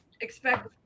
expect